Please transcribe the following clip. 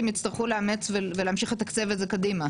יצטרכו לאמץ ולתקצב את זה קדימה.